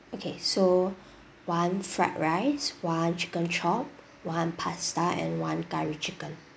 okay so one fried rice one chicken chop one pasta and one garlic chicken